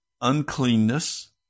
uncleanness